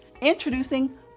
Introducing